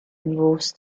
enforce